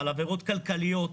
על עבירות כלכליות,